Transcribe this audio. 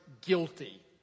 guilty